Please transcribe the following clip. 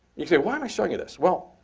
you say why am i showing you this? well,